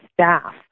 staff